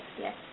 yes